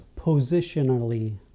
positionally